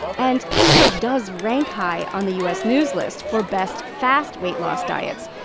and keto does rank high on the u s. news list for best fast weight-loss diets.